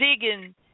digging